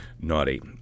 naughty